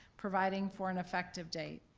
providing for an effective date.